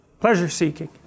pleasure-seeking